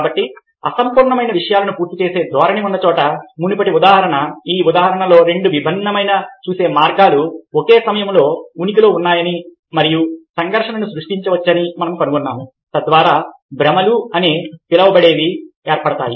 కాబట్టి అసంపూర్ణమైన విషయాలను పూర్తి చేసే ధోరణి ఉన్న చోట మునుపటి ఉదాహరణ ఈ ఉదాహరణలో రెండు విభిన్నమైన చూసే మార్గాలు ఒకే సమయంలో ఉనికిలో ఉన్నాయని మరియు సంఘర్షణను సృష్టించవచ్చని మనం కనుగొన్నాము తద్వారా భ్రమలు అని పిలవబడేవి ఏర్పడతాయి